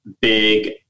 big